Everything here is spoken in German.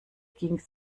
ging